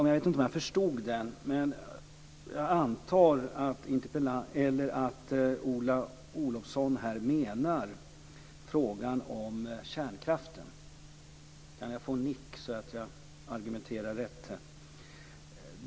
Jag vet inte om jag förstod frågan riktigt, men jag antar att Ola Karlsson här menar frågan om kärnkraften. Ola Karlsson nickar, så jag argumenterar rätt.